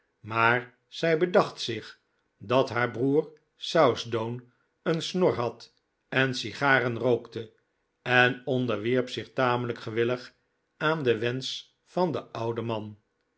maar zij bedacht zich dat haar broer southdown een snor had en sigaren rookte en onderwierp zich tamelijk gewillig aan den wensch van den ouden man